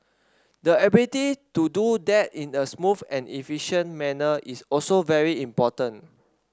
the ability to do that in a smooth and efficient manner is also very important